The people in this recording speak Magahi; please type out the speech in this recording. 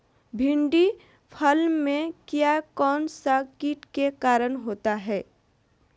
भिंडी फल में किया कौन सा किट के कारण होता है?